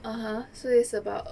(uh huh) so it's about